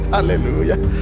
Hallelujah